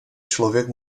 člověk